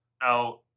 Now